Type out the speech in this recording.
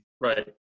right